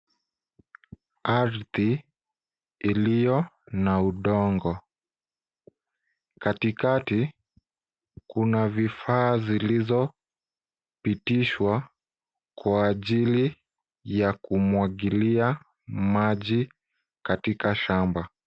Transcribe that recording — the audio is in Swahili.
Ardhi iliyo na udongo. Katikati kuna vifaa zilizopitishwa kwa ajili ya kumwagilia maji katika shamba.